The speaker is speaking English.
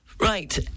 Right